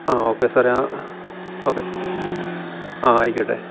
ആ ഓക്കെ സാറേ ആ ഓക്കെ ആ ആയിക്കോട്ടെ